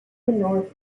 north